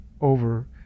over